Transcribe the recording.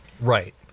Right